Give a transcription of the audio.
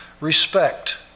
respect